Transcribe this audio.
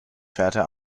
fährte